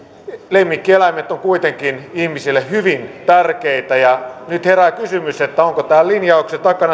lemmikkieläimet ovat kuitenkin ihmisille hyvin tärkeitä nyt herää kysymys onko tämän linjauksen takana se että